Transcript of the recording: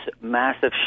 massive